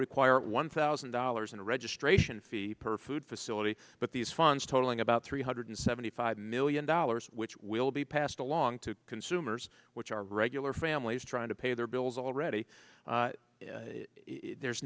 require one thousand dollars in a registration fee per food facility but these funds totaling about three hundred seventy five million dollars which will be passed along to consumers which are regular families trying to pay their bills already there's